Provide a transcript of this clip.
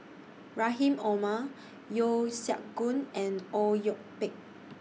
Rahim Omar Yeo Siak Goon and Au Yue Pak